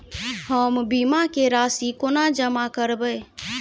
हम बीमा केँ राशि कोना जमा करबै?